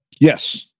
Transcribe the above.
Yes